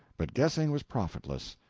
but guessing was profitless.